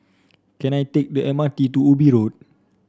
can I take the M R T to Ubi Road